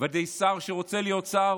ועל ידי שר שרוצה להיות שר,